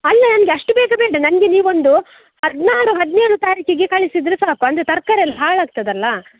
ಅಲ್ಲ ನನ್ಗೆ ಅಷ್ಟ್ ಬೇಗ ಬೇಡ ನನ್ಗೆ ನೀವೊಂದು ಹದಿನಾರು ಹದಿನೇಳು ತಾರೀಕಿಗೆ ಕಳಿಸಿದ್ರೆ ಸಾಕು ಅಂದರೆ ತರಕಾರಿ ಎಲ್ಲ ಹಾಳಾಗ್ತದಲ್ಲ